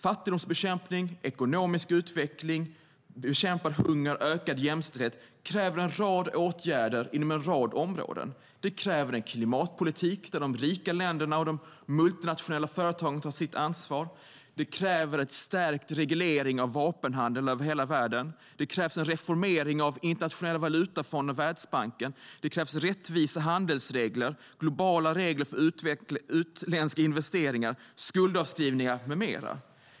Fattigdomsbekämpning, ekonomisk utveckling, ökad jämställdhet och bekämpning av hunger kräver en rad åtgärder inom en rad områden. Det kräver en klimatpolitik där de rika länderna och de multinationella företagen tar sitt ansvar. Det kräver en stärkt reglering av vapenhandeln över hela världen. Det krävs en reformering av Internationella valutafonden och Världsbanken. Det krävs rättvisa handelsregler, globala regler för utländska investeringar, skuldavskrivningar med mera.